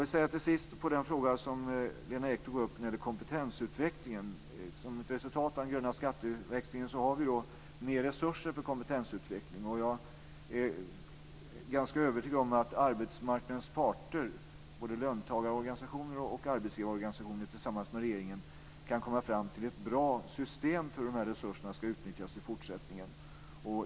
Till sist vill jag svara på den fråga som Lena Ek tog upp när de gäller kompetensutvecklingen. Som ett resultat av den gröna skatteväxlingen har vi mer resurser för kompetensutveckling. Jag är ganska övertygad om att arbetsmarknadens parter, både löntagarorganisationer och arbetsgivarorganisationer, tillsammans med regeringen kan komma fram till ett bra system för hur de här resurserna ska utnyttjas i fortsättningen.